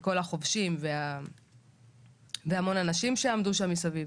כל החובשים והמון אנשים שעמדו שם מסביב.